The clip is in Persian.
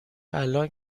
الان